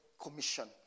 commission